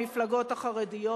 המפלגות החרדיות.